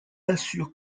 assurent